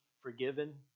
forgiven